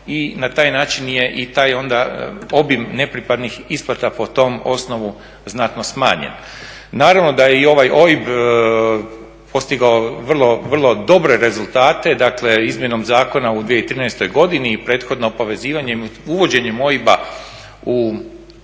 i na taj način je i taj onda obim nepripadnih isplata po tom osnovu znatno smanjen. Naravno da je i ovaj OIB postigao vrlo dobre rezultate, dakle izmjenom zakona u 2013. godini i prethodno povezivanje uvođenjem OIB-a u